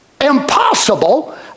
impossible